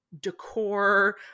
decor